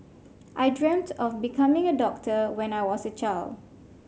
I dreamt of becoming a doctor when I was a child